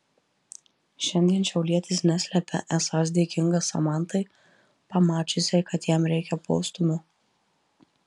šiandien šiaulietis neslepia esąs dėkingas samantai pamačiusiai kad jam reikia postūmio